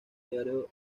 diario